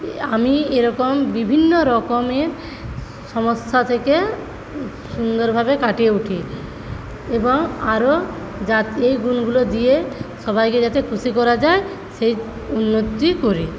আমি এরকম বিভিন্ন রকমের সমস্যা থেকে সুন্দরভাবে কাটিয়ে উঠি এবং আরো যাতে এই গুণগুলো দিয়ে সবাইকে যাতে খুশি করা যায় সেই করি